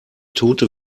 tote